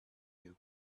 you